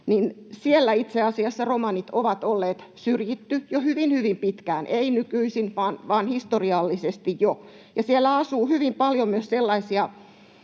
niin siellä itse asiassa romanit ovat olleet syrjittyjä jo hyvin, hyvin pitkään, ei nykyisin vaan jo historiallisesti. Siellä asuu hyvin paljon myös sellaisia